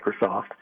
Microsoft